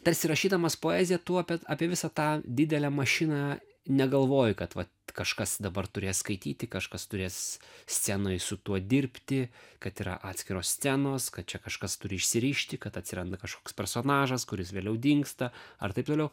tarsi rašydamas poeziją tu apie apie visą tą didelę mašiną negalvoji kad va kažkas dabar turės skaityti kažkas turės scenoj su tuo dirbti kad yra atskiros scenos kad čia kažkas turi išsirišti kad atsiranda kažkoks personažas kuris vėliau dingsta ar taip toliau